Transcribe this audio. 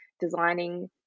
designing